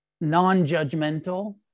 non-judgmental